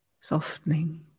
softening